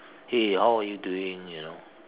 hey how are you doing you know